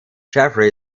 jeffrey